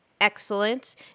excellent